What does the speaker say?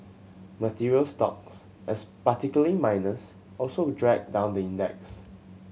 materials stocks as particularly miners also dragged down the index